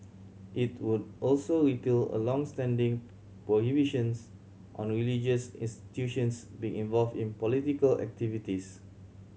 it would also repeal a long standing prohibitions on religious institutions being involved in political activities